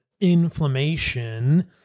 inflammation